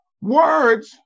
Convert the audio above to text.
words